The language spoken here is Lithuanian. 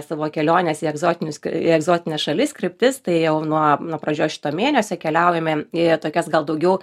savo keliones į egzotinius į egzotines šalis kryptis tai jau nuo pradžios šito mėnesio keliaujame į tokias gal daugiau